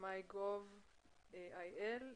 my.gov.il.